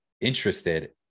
interested